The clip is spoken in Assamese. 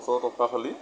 গছৰ তক্তা ফালি